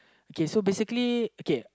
okay so basically okay